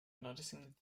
noticing